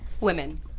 Women